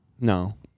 No